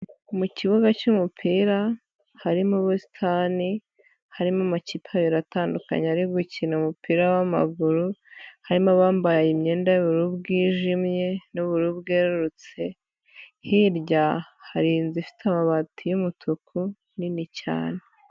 Mu kibuga cy'umupira harimo ubusitani, harimo amakipe abiri atandukanye ari gukina umupira w'amaguru, harimo abambaye imyenda y'ubururu bwijimye n'ubururu bwererutse, hirya hari inzu ifite amabati y'umutuku, nini cyane.